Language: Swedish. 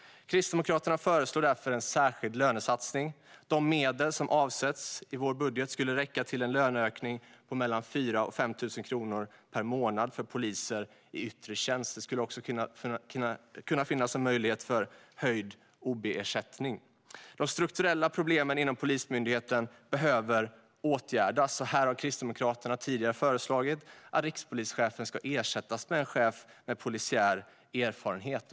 Kristdemokraterna föreslår därför en särskild lönesatsning. De medel som avsätts i vår budget skulle räcka till en löneökning på 4 000-5 000 kronor per månad för poliser i yttre tjänst. Det skulle också finnas en möjlighet till höjd ob-ersättning. De strukturella problemen inom Polismyndigheten behöver åtgärdas. Här har Kristdemokraterna tidigare föreslagit att rikspolischefen ska ersättas med en chef med polisiär erfarenhet.